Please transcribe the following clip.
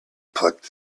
plucked